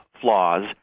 flaws